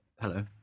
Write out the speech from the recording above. Hello